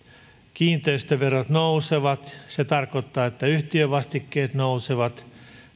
kiinteistöverot nousevat se tarkoittaa että yhtiövastikkeet nousevat